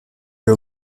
are